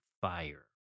fire